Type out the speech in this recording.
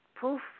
poof